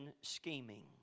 scheming